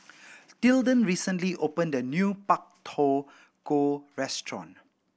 Tilden recently opened a new Pak Thong Ko restaurant